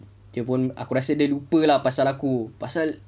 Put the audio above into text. dia pun aku rasa dia lupa lah pasal aku pasal